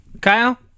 Kyle